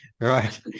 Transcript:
right